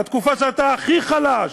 בתקופה שאתה הכי חלש,